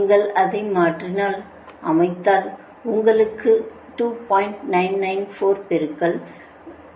நீங்கள் அதை மாற்றி அமைத்தால் உங்களுக்கு 2